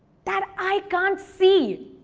that i can't see.